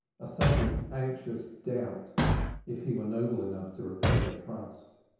a sudden anxious doubt if he were noble enough to repay her trust.